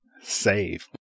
save